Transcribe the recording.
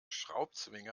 schraubzwinge